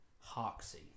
Hoxie